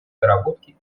доработки